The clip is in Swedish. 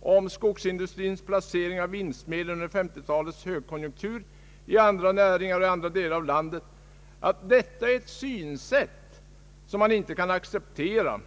om skogsindustrins placering av vinstmedel under 1950 talets högkonjunktur i andra näringar och i andra delar av landet, att detta är ett synsätt som man inte kan acceptera.